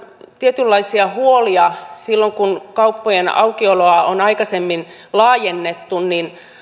tietynlaisia huolia silloin kun kauppojen aukioloa on aikaisemmin laajennettu